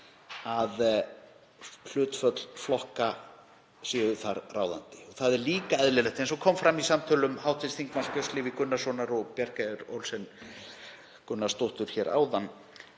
að hlutföll flokka séu þar ráðandi. Það er líka eðlilegt, eins og kom fram í samtölum hv. þm. Björns Levís Gunnarssonar og Bjarkeyjar Olsen Gunnarsdóttur hér áðan,